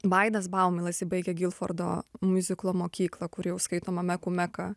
vaidas baumila jisai baigė gilfordo miuziklo mokyklą kur jau skaitoma mekų meka